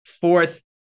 fourth